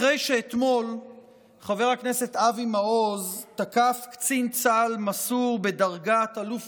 אחרי שאתמול חבר הכנסת אבי מעוז תקף קצין צה"ל מסור בדרגת אלוף